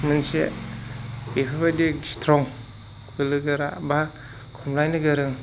मोनसे बेफोरबायदि स्ट्रं बोलोगोरा बा खमलायनो गोरों